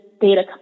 data